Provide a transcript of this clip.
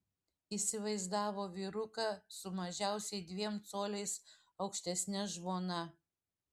įsivaizdavo vyruką su mažiausiai dviem coliais aukštesne žmona